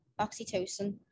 Oxytocin